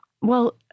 Well-